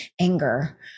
anger